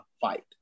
fight